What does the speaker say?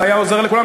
זה היה עוזר לכולם,